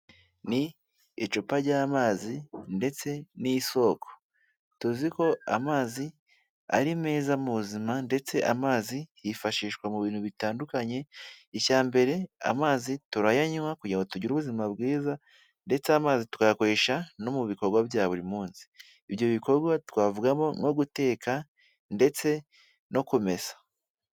Ni icupa ry'amazi ndetse n'isoko. Tuzi ko amazi ari meza mu buzima ndetse amazi yifashishwa mu bintu bitandukanye, icya mbere amazi turayanywa kugira ngo tugire ubuzima bwiza ndetse amazi tukayakoresha no mu bikorwa bya buri munsi, ibyo bikorwa twavugamo nko guteka ndetse no kumesa.